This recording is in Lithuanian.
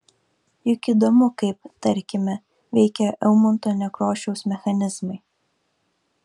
juk įdomu kaip tarkime veikia eimunto nekrošiaus mechanizmai